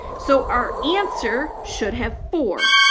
so our answer should have four.